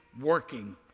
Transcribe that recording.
working